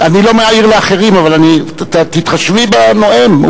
אני לא מעיר לאחרים, אבל תתחשבי בנואם.